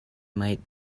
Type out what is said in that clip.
might